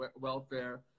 welfare